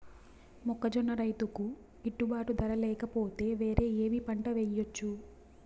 మొక్కజొన్న రైతుకు గిట్టుబాటు ధర లేక పోతే, వేరే ఏమి పంట వెయ్యొచ్చు?